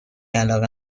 علاقه